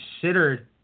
considered